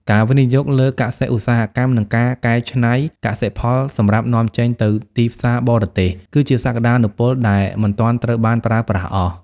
ការវិនិយោគលើកសិ-ឧស្សាហកម្ម និងការកែច្នៃកសិផលសម្រាប់នាំចេញទៅទីផ្សារបរទេស គឺជាសក្ដានុពលដែលមិនទាន់ត្រូវបានប្រើប្រាស់អស់។